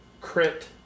crit